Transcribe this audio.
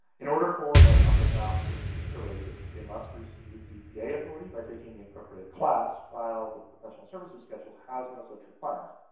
in order for a contracting officer to use oasis, they must receive bpa authority by taking the appropriate class, while the professional services schedule has no such requirement.